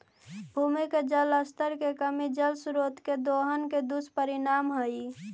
भूमि के जल स्तर के कमी जल स्रोत के दोहन के दुष्परिणाम हई